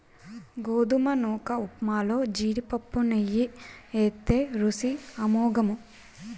గోధుమ నూకఉప్మాలో జీడిపప్పు నెయ్యి ఏత్తే రుసి అమోఘము